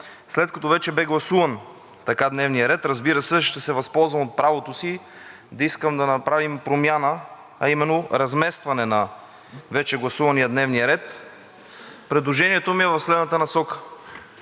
След като вече бе гласуван така дневният ред, разбира се, ще се възползвам от правото си да искам да направим промяна, а именно разместване на вече гласувания дневен ред. Предложението ми е в следната насока.